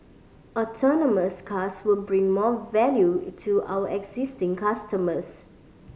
autonomous cars will bring more value to our existing customers